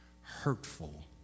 hurtful